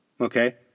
Okay